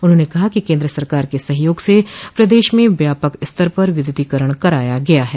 उन्होंने कहा कि केन्द्र सरकार के सहयोग से प्रदेश में व्यापक स्तर पर विद्युतीकरण कराया गया है